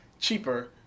cheaper